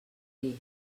dir